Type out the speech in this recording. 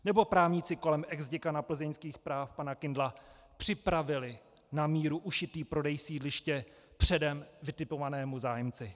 Nebo právníci kolem exděkana plzeňských práv pana Kindla připravili na míru ušitý prodej sídliště předem vytipovanému zájemci?